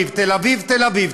תל אביב,